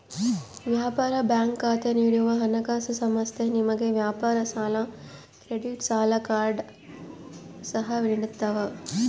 ವ್ಯಾಪಾರ ಬ್ಯಾಂಕ್ ಖಾತೆ ನೀಡುವ ಹಣಕಾಸುಸಂಸ್ಥೆ ನಿಮಗೆ ವ್ಯಾಪಾರ ಸಾಲ ಕ್ರೆಡಿಟ್ ಸಾಲ ಕಾರ್ಡ್ ಸಹ ನಿಡ್ತವ